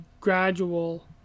gradual